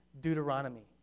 Deuteronomy